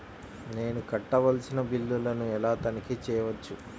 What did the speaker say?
నేను కట్టవలసిన బిల్లులను ఎలా తనిఖీ చెయ్యవచ్చు?